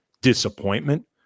disappointment